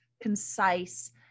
concise